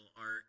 art